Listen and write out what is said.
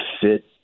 fit